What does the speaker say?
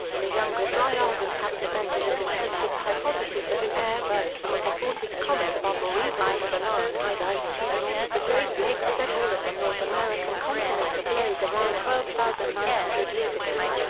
the younger dryas impact event is a contested hypothesis that an air burst from a purported comet above or even into the laurentide ice sheet north of the great lakes set all of the north american continent ablaze around twelve thousand nine hundred years ago.